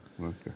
okay